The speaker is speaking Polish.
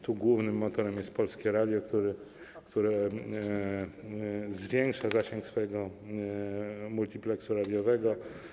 Tu głównym motorem jest Polskie Radio, które zwiększa zasięg swojego multipleksu radiowego.